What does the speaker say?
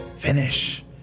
Finish